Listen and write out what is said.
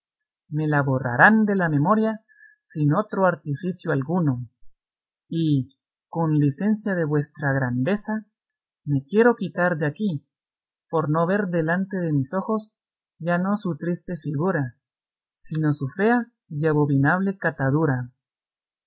me le borrarán de la memoria sin otro artificio alguno y con licencia de vuestra grandeza me quiero quitar de aquí por no ver delante de mis ojos ya no su triste figura sino su fea y abominable catadura